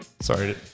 Sorry